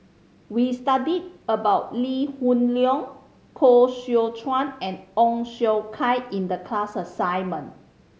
we studied about Lee Hoon Leong Koh Seow Chuan and Ong Siong Kai in the class assignment